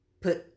put